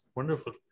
Wonderful